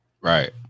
right